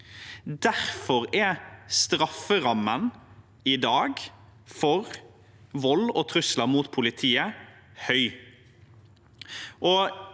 Derfor er strafferammen i dag for vold og trusler mot politiet høy.